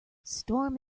storm